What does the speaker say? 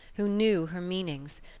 who knew her meanings,